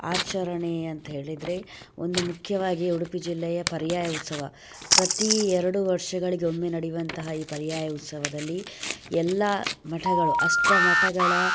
ಆಚರಣೆ ಅಂತೇಳಿದರೆ ಒಂದು ಮುಖ್ಯವಾಗಿ ಉಡುಪಿ ಜಿಲ್ಲೆಯ ಪರ್ಯಾಯ ಉತ್ಸವ ಪ್ರತಿ ಎರಡು ವರ್ಷಗಳಿಗೊಮ್ಮೆ ನಡೆಯುವಂತಹ ಈ ಪರ್ಯಾಯ ಉತ್ಸವದಲ್ಲಿ ಎಲ್ಲಾ ಮಠಗಳು ಅಷ್ಟ ಮಠಗಳ